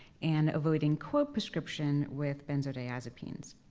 and avoiding co-prescription with benzodiazepines.